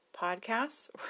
podcasts